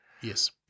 Yes